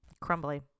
Crumbly